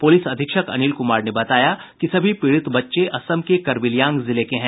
police अधीक्षक अनिल कुमार ने बताया कि सभी पीड़ित बच्चे असम के करबिलियांग जिले के हैं